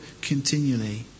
continually